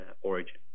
origin